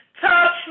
touch